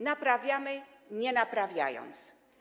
Naprawiamy, nie naprawiając.